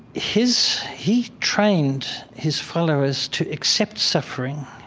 his he trained his followers to accept suffering,